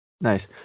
Nice